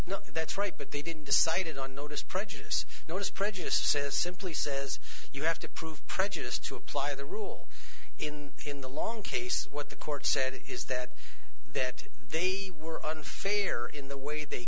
no that's right but they didn't decided on notice prejudice notice prejudice says simply says you have to prove prejudice to apply the rule in in the long case what the court said is that they were unfair in the way they